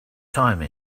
time